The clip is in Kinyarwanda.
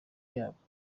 yabwo